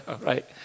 Right